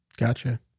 Gotcha